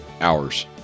hours